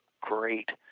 great